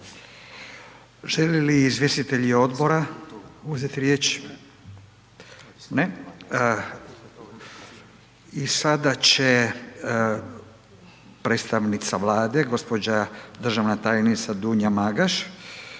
Žele li izvjestitelji odbora uzeti riječ? Ne. I sada će predstavnica Vlada, gđa. državna tajnica Dunja Magaš